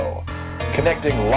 connecting